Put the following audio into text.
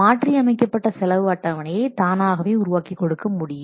மாற்றி அமைக்கப்பட்ட செலவு அட்டவணையை தானாகவே உருவாக்கிக் கொடுக்க முடியும்